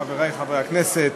חברי חברי הכנסת,